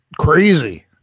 crazy